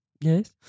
yes